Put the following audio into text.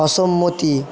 অসম্মতি